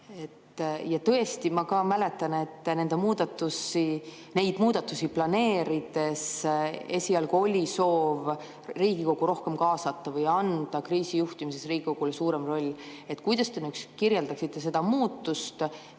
Tõesti, ka mina mäletan, et neid muudatusi planeerides oli esialgu soov Riigikogu rohkem kaasata või anda kriisijuhtimises Riigikogule suurem roll. Kuidas te nüüd kirjeldaksite seda muutust,